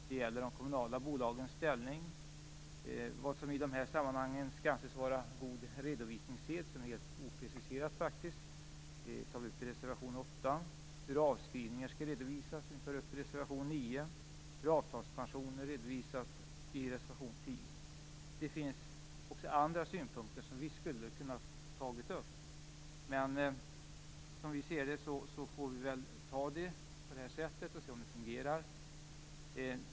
Det gäller de kommunala bolagens ställning, vad som i de här sammanhangen skall anses vara god redovisningssed, vilket är helt opreciserat, som vi tar upp i reservation 8, hur avskrivningar skall redovisas, som vi tar upp i reservation 9, och hur avtalspensioner skall redovisas, som vi tar upp i reservation 10. Det finns också andra synpunkter som vi skulle ha kunnat ta upp, men vi får ta det på det här sättet och se om det fungerar.